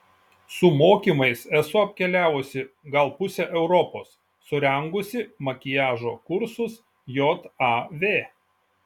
su mokymais esu apkeliavusi gal pusę europos surengusi makiažo kursus jav